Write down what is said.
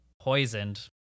poisoned